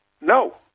No